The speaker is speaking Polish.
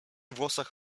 włosach